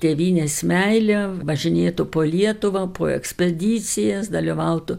tėvynės meilę važinėtų po lietuvą po ekspedicijas dalyvautų